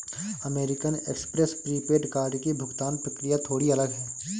American Express prepaid card की भुगतान प्रक्रिया थोड़ी अलग है